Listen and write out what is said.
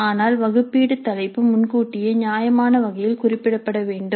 ஆனால் வகுப்பீடு தலைப்பு முன்கூட்டியே நியாயமான வகையில் குறிப்பிடப்பட வேண்டும்